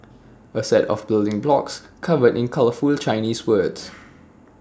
A set of building blocks covered in colourful Chinese words